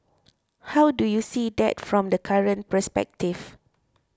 how do you see that from the current perspective